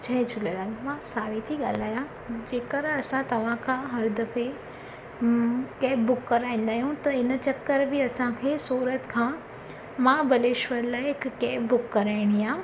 जय झूलेलाल मां सावी थी ॻाल्हायां जेकर असां तव्हां खां हर दफ़े कैब बुक कराईंदा आहियूं त इन चक्कर बि असांखे सूरत खां माबलेश्वर लाइ हिकु कैब बुक कराइणी आहे